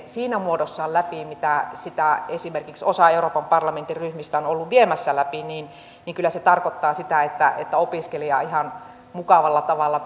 siinä muodossaan läpi mitä sitä esimerkiksi osa euroopan parlamentin ryhmistä on ollut viemässä läpi niin niin kyllä se tarkoittaa sitä että että opiskelija ihan mukavalla tavalla